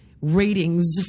ratings